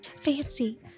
fancy